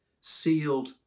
sealed